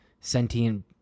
sentient